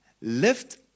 Lift